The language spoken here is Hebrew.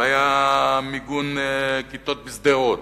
והיה מיגון כיתות בשדרות,